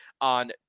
on